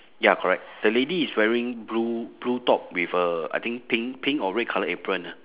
ya correct the lady is wearing blue blue top with a I think pink pink or red colour apron ah